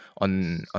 on